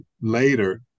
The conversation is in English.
later